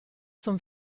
zum